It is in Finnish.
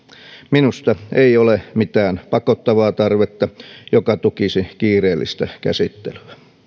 minusta ei ole mitään pakottavaa tarvetta joka tukisi kiireellistä käsittelyä